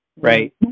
right